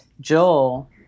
Joel